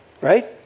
Right